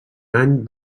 any